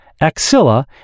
axilla